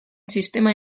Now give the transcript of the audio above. sistema